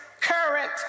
current